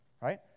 right